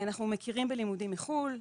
אנחנו מכירים בלימודים בחו"ל.